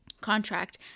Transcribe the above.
contract